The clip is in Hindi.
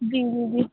जी जी जी